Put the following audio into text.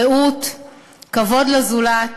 רעות וכבוד לזולת.